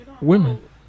women